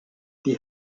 die